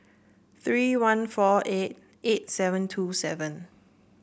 three one four eight eight seven two seven